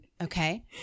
Okay